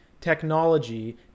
technology